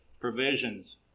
provisions